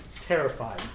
terrified